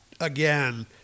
again